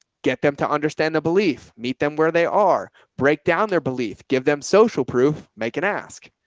get them to understand the belief, meet them, where they are break down their belief, give them social proof, make an ask.